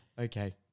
Okay